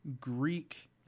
Greek